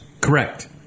Correct